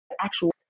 actual